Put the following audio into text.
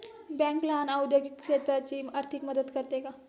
Bank लहान औद्योगिक क्षेत्राची आर्थिक मदत करते का?